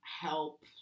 help